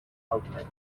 outlet